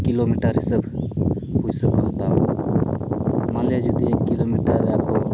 kilometre ᱦᱤᱥᱟᱹᱵ ᱯᱚᱭᱥᱟ ᱠᱚ ᱦᱟᱛᱟᱣᱟ ᱢᱟᱱᱞᱤᱭᱟ ᱡᱩᱫᱤ ᱤᱧ ᱠᱤᱞᱳᱢᱤᱴᱟᱨ ᱨᱮ ᱟᱠᱚ